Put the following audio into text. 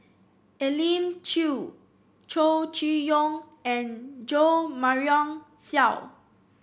Elim Chew Chow Chee Yong and Jo Marion Seow